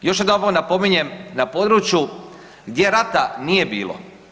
Još jedanput napominjem, na području gdje rata nije bilo.